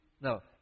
No